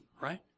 right